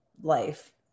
life